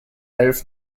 elf